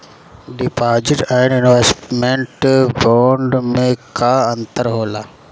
Deposit and investment bond मे का अंतर होला?